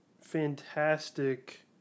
fantastic